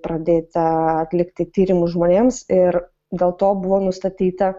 pradėta atlikti tyrimus žmonėms ir dėl to buvo nustatyta